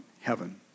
heaven